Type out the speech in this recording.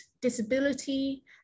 disability